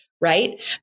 right